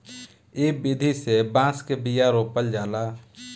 इ विधि से बांस के बिया रोपल जाला